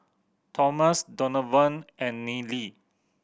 Thomas Donavon and Neely